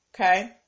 Okay